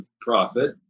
profit